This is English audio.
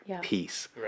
peace